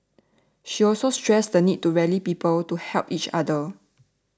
she also stressed the need to rally people to help each other